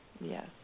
Yes